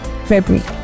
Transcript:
February